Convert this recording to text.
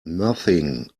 nothing